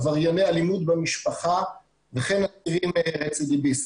עברייני אלימות במשפחה וכן אסירים רצידיביסטים.